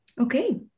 Okay